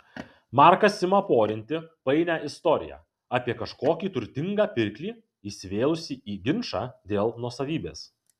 markas ima porinti painią istoriją apie kažkokį turtingą pirklį įsivėlusį į ginčą dėl nuosavybės